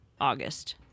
august